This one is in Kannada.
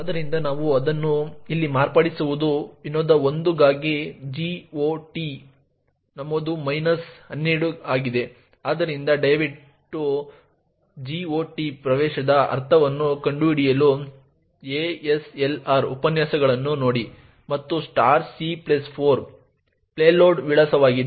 ಆದ್ದರಿಂದ ನಾವು ಅದನ್ನು ಇಲ್ಲಿ ಮಾರ್ಪಡಿಸುವುದು ವಿನೋದ1 ಗಾಗಿ GOT ನಮೂದು ಮೈನಸ್ 12 ಆಗಿದೆ ಆದ್ದರಿಂದ ದಯವಿಟ್ಟು GOT ಪ್ರವೇಶದ ಅರ್ಥವನ್ನು ಕಂಡುಹಿಡಿಯಲು ASLR ಉಪನ್ಯಾಸಗಳನ್ನು ನೋಡಿ ಮತ್ತು c4 ಪೇಲೋಡ್ನ ವಿಳಾಸವಾಗಿದೆ